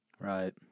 Right